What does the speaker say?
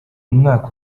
umwaka